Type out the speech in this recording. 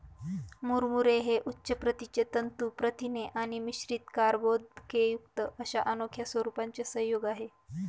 मुरमुरे हे उच्च प्रतीचे तंतू प्रथिने आणि मिश्रित कर्बोदकेयुक्त अशा अनोख्या स्वरूपाचे संयोग आहे